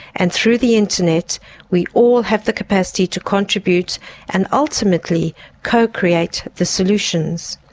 and through the internet we all have the capacity to contribute and ultimately co-create the solutions.